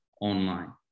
online